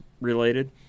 related